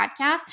podcast